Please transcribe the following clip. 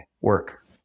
work